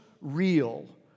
real